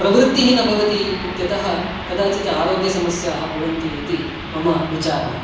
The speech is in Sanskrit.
प्रवृत्तिः न भवति इत्यतः कदाचित् आरोग्यसमस्याः भवन्ति इति मम विचारः